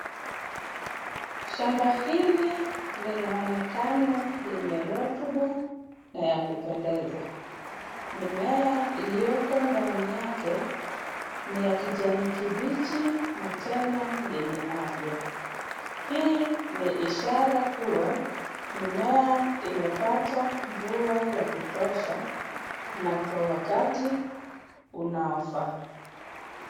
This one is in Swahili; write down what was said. Shamba hili linaonekana yenye rotuba na ya kupendeza. Mimea iliyoko ndani yake ni ya kijani kibichi na tena yenye afya. Hii ni ishara kuwa mimea imepata mvua ya kutosha na kwa wakati unaofaa.